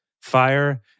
Fire